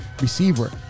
receiver